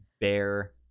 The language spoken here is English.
bear